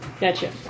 Gotcha